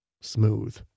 Smooth